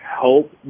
help